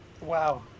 Wow